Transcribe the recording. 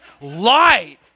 Light